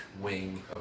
wing